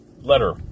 letter